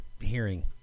hearing